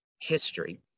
history